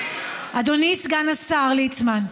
אדוני סגן השר ליצמן,